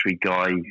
guy